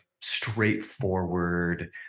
straightforward